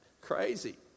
crazy